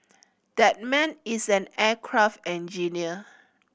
that man is an aircraft engineer